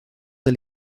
del